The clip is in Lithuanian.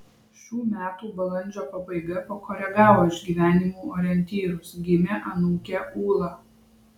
šių metų balandžio pabaiga pakoregavo išgyvenimų orientyrus gimė anūkė ūla